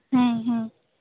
ᱦᱮᱸ ᱦᱮᱸ